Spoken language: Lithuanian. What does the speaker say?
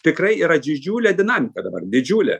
tikrai yra didžiulė dinamika dabar didžiulė